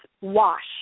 wash